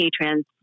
patrons